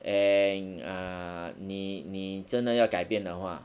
and uh 你你真的要改变的话